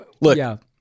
Look